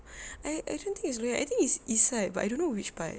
I I don't think it's loyang I think it's east side but I don't know which part